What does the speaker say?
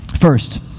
First